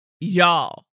Y'all